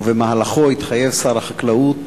ובמהלכו התחייב שר החקלאות